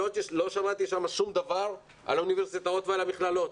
לא שמעתי שם שום דבר על האוניברסיטאות ועל המכללות,